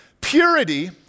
purity